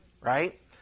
right